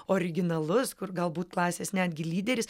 originalus kur galbūt klasės netgi lyderis